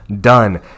Done